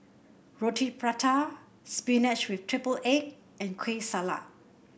Roti Prata spinach with triple egg and Kueh Salat